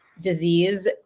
disease